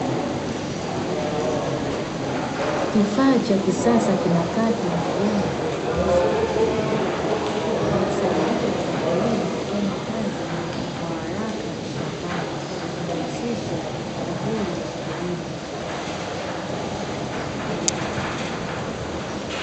Kifaa cha kisasa kinakata majani kwa ufanisi mkubwa, kinasaidia wakulima kufanya kazi kwa haraka shambani, kikirahisisha shughuli za kilimo.